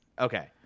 Okay